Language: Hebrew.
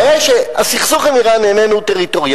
הבעיה היא שהסכסוך עם אירן איננו טריטוריאלי,